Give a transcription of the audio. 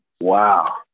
wow